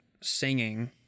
singing